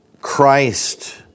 Christ